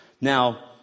Now